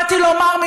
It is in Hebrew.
באתי לומר,